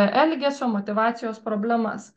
elgesio motyvacijos problemas